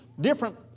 different